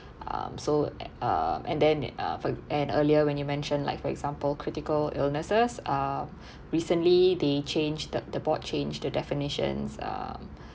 um so uh and then uh for an earlier when you mentioned like for example critical illnesses uh recently they changed the the board change the definitions um